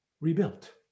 rebuilt